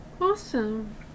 awesome